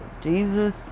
Jesus